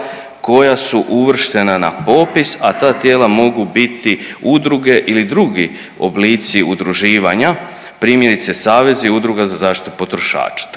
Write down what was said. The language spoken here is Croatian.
koja su uvrštena na popis, a ta tijela mogu biti udruge ili drugi oblici udruživanja. Primjerice savezi udruga za zaštitu potrošača.